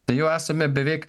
tai jau esame beveik